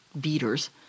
beaters